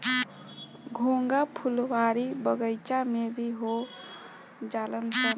घोंघा फुलवारी बगइचा में भी हो जालनसन